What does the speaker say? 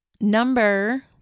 Number